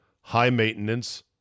high-maintenance